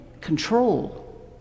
control